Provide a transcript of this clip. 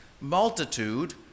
multitude